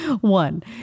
One